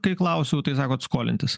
kai klausiau tai sakot skolintis